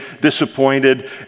disappointed